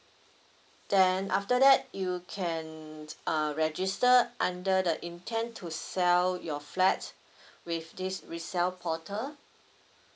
then after that you can uh register under the intent to sell your flat with this resale portal